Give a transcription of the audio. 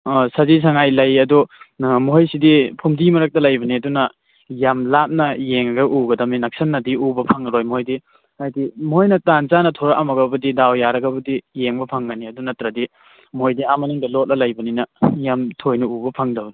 ꯑꯣ ꯁꯖꯤ ꯁꯉꯥꯏ ꯂꯩ ꯑꯗꯨ ꯃꯈꯣꯏꯁꯤꯗꯤ ꯐꯨꯝꯗꯤ ꯃꯔꯛꯇ ꯂꯩꯕꯅꯦ ꯑꯗꯨꯅ ꯌꯥꯝ ꯂꯥꯞꯅ ꯌꯦꯡꯉꯒ ꯎꯒꯗꯕꯅꯤ ꯅꯛꯁꯤꯟꯅꯗꯤ ꯎꯕ ꯐꯪꯉꯔꯣꯏ ꯃꯈꯣꯏꯗꯤ ꯍꯥꯏꯗꯤ ꯃꯈꯣꯏꯅ ꯇꯥꯟ ꯆꯥꯅ ꯊꯣꯔꯑꯃꯒꯨꯕꯨꯗꯤ ꯗꯥꯎ ꯌꯥꯔꯒꯕꯨꯗꯤ ꯌꯦꯡꯕ ꯐꯪꯒꯅꯤ ꯑꯗꯨ ꯅꯠꯇ꯭ꯔꯗꯤ ꯃꯣꯏꯗꯤ ꯑꯥ ꯃꯅꯨꯡꯗ ꯂꯣꯠꯂꯒ ꯂꯩꯕꯅꯤꯅ ꯌꯥꯝ ꯊꯣꯏꯅ ꯎꯕ ꯐꯪꯗꯕꯅꯤ